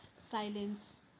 silence